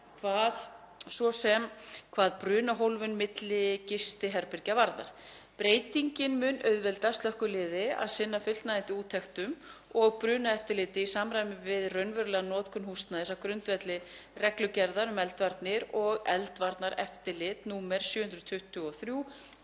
hvað brunahólfun milli gistiherbergja varðar. Breytingin mun auðvelda slökkviliði að sinna fullnægjandi úttektum og brunaeftirliti í samræmi við raunverulega notkun húsnæðis á grundvelli reglugerðar um eldvarnir og eldvarnareftirlit, nr.